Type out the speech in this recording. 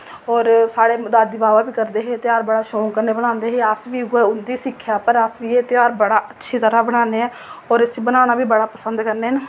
और साढ़े दादी बाबा बी करदे हे तेहार बड़ा शौंक कन्नै बनांदे हे अस बी उ'ऐ उं'दी सिक्ख उप्पर अस बी एह् तेहार बड़ा अच्छी तरह्न् बनाने और इस्सी बनाना बी बड़ा पसंद करने न